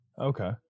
Okay